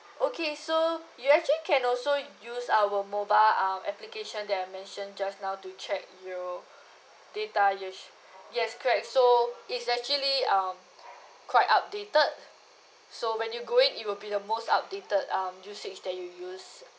okay so you actually can also use our mobile um application that I mentioned just now to check your data use yes correct so it's actually um quite updated so when you go in it will be the most updated um usage that you use